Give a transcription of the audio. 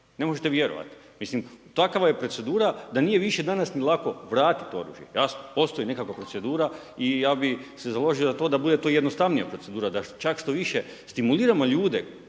ne možete vjerovati. Mislim, takva je procedura, da nije više danas, ni lako, vratiti oružje. Jasno, postoji nekakva procedura i ja bi se založio za to da bude to jednostavnija procedura, čak da štoviše, stimuliramo ljude,